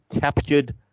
captured